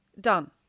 done